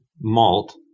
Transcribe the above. malt